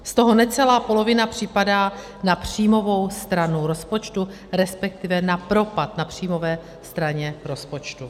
Z toho necelá polovina připadá na příjmovou stranu rozpočtu, respektive na propad na příjmové straně rozpočtu.